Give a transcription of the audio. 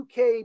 UK